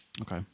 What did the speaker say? Okay